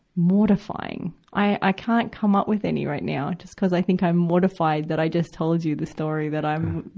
mortifying. i, i can't come up with any right now, just cuz i think i'm mortified that i just told you the story that i'm,